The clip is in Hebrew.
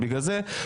בגלל זה,